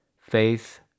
Faith